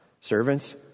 Servants